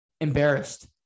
embarrassed